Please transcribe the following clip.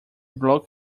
block